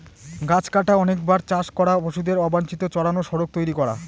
গাছ কাটা, অনেকবার চাষ করা, পশুদের অবাঞ্চিত চড়ানো, সড়ক তৈরী করা